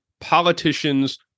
politicians